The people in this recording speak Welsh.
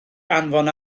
anfon